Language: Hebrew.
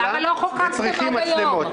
אז למה לא חוקקתם עד היום?